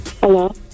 Hello